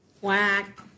Whack